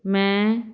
ਮੈਂ